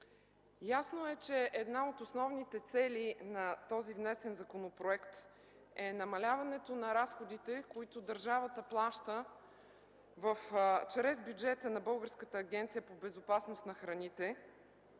Ясно е, че една от основните цели на този внесен законопроект е намаляването на разходите, които държавата плаща чрез бюджета на Българската агенция по безопасност на храните,